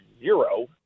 zero